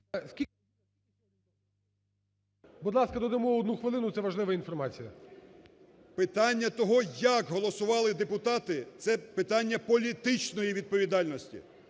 Будь ласка, додамо 1 хвилину, це важлива інформація. ЛУЦЕНКО Ю.В. Питання того, як голосували депутати – це питання політичної відповідальності.